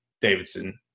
Davidson